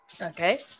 Okay